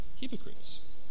hypocrites